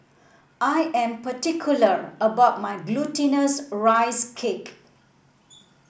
I am particular about my Glutinous Rice Cake